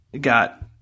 got